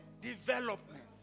Development